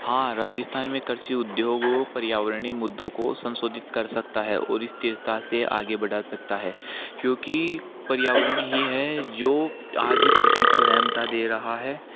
हाँ राजस्थान में कृषि उद्योगों पर्यावरणीय मुद्दों को संशोधित कर सकता है और स्थिरता से आगे बढ़ा सकता है क्योंकि पर्यावरण ही है जो आज कृषि को अहमता दे रहा है